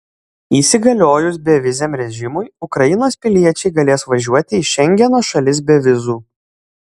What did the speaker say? įsigaliojus beviziam režimui ukrainos piliečiai galės važiuoti į šengeno šalis be vizų